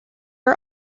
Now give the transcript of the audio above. are